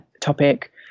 topic